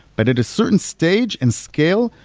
but at a certain stage and scale,